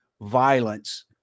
violence